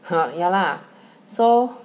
ha ya lah so